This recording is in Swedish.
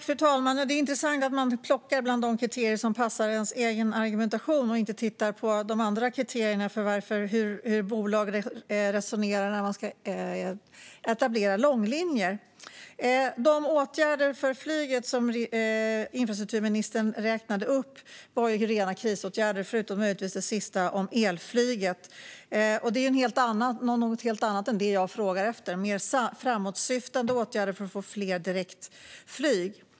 Fru talman! Det är intressant att man plockar bland de kriterier som passar ens egen argumentation och inte tittar på de andra kriterierna gällande hur bolag resonerar angående att etablera långlinjer. De åtgärder för flyget som infrastrukturministern räknade upp var rena krisåtgärder, förutom möjligtvis den sista om elflyget. Det är något helt annat än det jag frågar efter, nämligen mer framåtsyftande åtgärder för att få fler direktflyg.